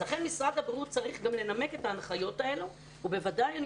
משרד הבריאות צריך גם לנמק את ההנחיות האלה ובוודאי הוא